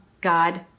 God